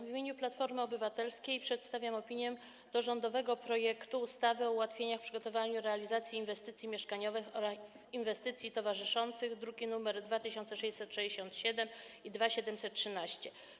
W imieniu Platformy Obywatelskiej przedstawiam opinię o rządowym projekcie ustawy o ułatwieniach w przygotowaniu i realizacji inwestycji mieszkaniowych oraz inwestycji towarzyszących, druki nr 2667 i 2713.